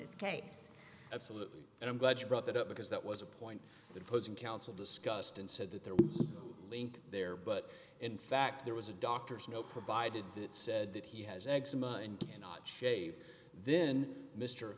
case absolutely and i'm glad you brought that up because that was a point that opposing counsel discussed and said that there was a link there but in fact there was a doctor's note provided that said that he has eczema and cannot shave then m